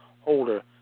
holder